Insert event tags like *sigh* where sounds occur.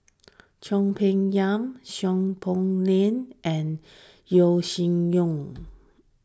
*unintelligible* Peng Yam Seow Poh Leng and Yeo Shih Yun